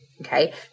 Okay